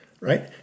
right